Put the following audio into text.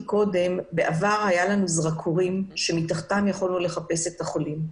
בעבר היו לנו זרקורים שמתחתם יכולנו לחפש את החולים,